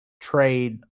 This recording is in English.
trade